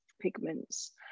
pigments